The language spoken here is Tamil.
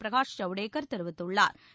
பிரகாஷ் ஐவ்டேகா் தெரிவித்துள்ளாா்